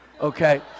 okay